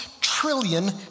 trillion